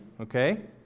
Okay